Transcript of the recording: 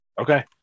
Okay